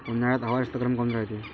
उन्हाळ्यात हवा जास्त गरम काऊन रायते?